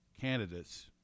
candidates